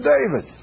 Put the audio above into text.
David